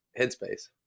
headspace